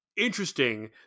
interesting